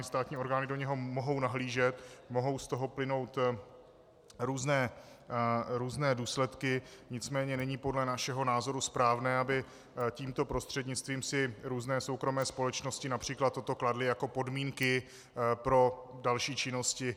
Státní orgány do něj mohou nahlížet, mohou z toho plynout různé důsledky, nicméně není podle našeho názoru správné, aby si tímto prostřednictvím různé soukromé společnosti například toto kladly jako podmínky pro další činnosti.